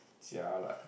jialat